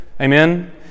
Amen